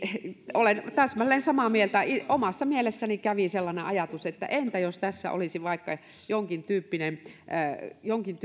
olen täsmälleen samaa mieltä omassa mielessäni kävi sellainen ajatus että entä jos tässä olisi ollut vaikka jonkintyyppinen ääriryhmä vaikkapa sitten